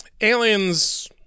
Aliens